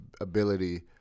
ability